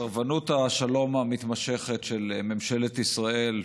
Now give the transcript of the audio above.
סרבנות השלום המתמשכת של ממשלת ישראל,